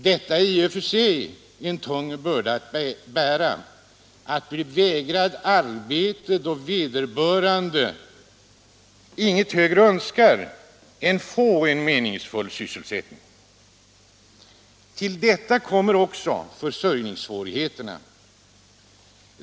Detta är i och för sig en tung börda att bära — att bli vägrad arbete då man inget högre önskar än att få en meningsfull sysselsättning. Till detta kommer också försörjningssvårigheterna.